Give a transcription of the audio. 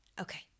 Okay